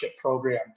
program